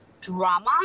drama